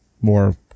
more